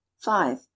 five